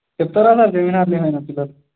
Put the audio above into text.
చెప్తారా సార్ సెమినార్లో ఏమైనా పిల్లలు